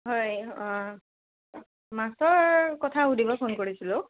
হয় অঁ মাছৰ কথা সুধিব ফোন কৰিছিলোঁ